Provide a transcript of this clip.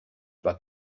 pas